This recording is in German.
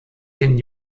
den